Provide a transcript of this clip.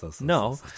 No